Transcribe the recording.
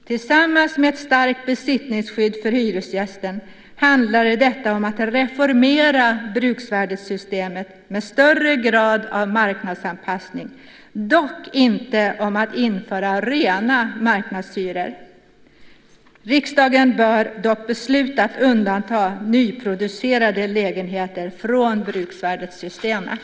Tillsammans med ett starkt besittningsskydd för hyresgästen handlar detta om att reformera bruksvärdessystemet med större grad av marknadsanpassning, dock inte om att införa rena marknadshyror. Riksdagen bör dock besluta att undanta nyproducerade lägenheter från bruksvärdessystemet.